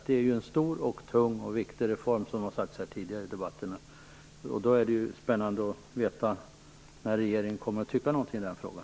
Det är en stor, tung och viktig reform, vilket har sagts tidigare här i debatterna, och därför vore det spännande att få veta när regeringen kommer att tycka någonting i den frågan.